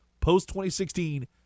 post-2016